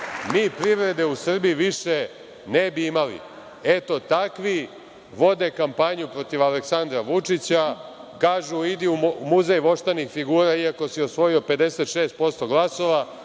mi privrede u Srbiji više ne bi imali. Eto, takvi vode kampanju protiv Aleksandra Vučića. Kažu – idi u muzej voštanih figura iako su osvojio 56% glasova,